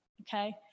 okay